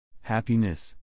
Happiness